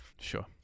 Sure